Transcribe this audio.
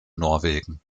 norwegen